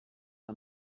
que